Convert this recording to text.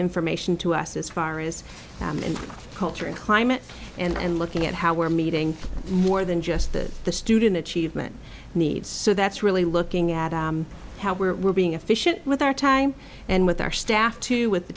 information to us as far as in culture and climate and looking at how we're meeting more than just that the student achievement needs so that's really looking at how we're we're being efficient with our time and with our staff to with the